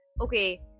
okay